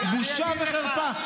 בושה וחרפה.